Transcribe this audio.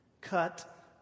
cut